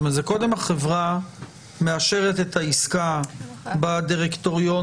זה קודם החברה מאשרת את העסקה בדירקטוריון